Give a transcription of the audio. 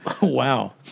Wow